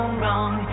wrong